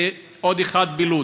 ועוד אחד בלוד,